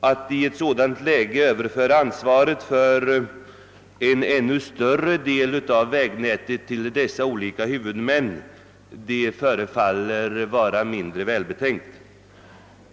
Att i ett sådant läge överföra ansvaret för en ännu större del av vägnätet till dessa olika huvudmän förefaller att vara mindre välbetänkt.